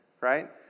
Right